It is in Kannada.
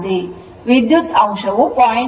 ವಿದ್ಯುತ್ ಅಂಶವು 0